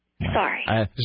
Sorry